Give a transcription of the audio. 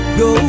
go